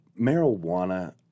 Marijuana